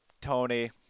Tony